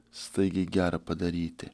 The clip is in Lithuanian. staigiai gera padaryti